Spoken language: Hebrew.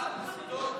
לשרה לסטות